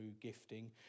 gifting